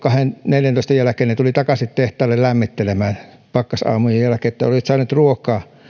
neljäntoista jälkeen ne tulivat takaisin tehtaalle lämmittelemään pakkasaamujen jälkeen eli olivat saaneet ruokaa